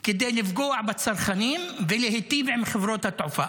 כדי לפגוע בצרכנים ולהיטיב עם חברות התעופה.